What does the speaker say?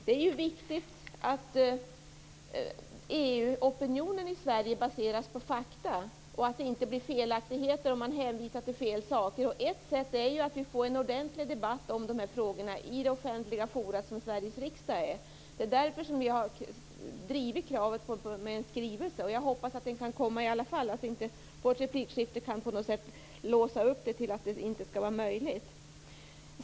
Det är viktigt att EU-opinionen i Sverige baseras på fakta, att det inte blir felaktigheter och hänvisningar till fel saker. Ett sätt är att vi får en ordentlig debatt om de här frågorna i det offentliga forum som Sveriges riksdag utgör. Det är därför jag har drivit kravet på en skrivelse. Jag hoppas att en sådan kan komma i alla fall, att vårt replikskifte inte låser detta så att det inte blir möjligt.